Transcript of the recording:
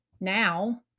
now